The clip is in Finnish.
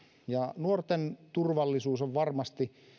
ja nuorten turvallisuus on varmasti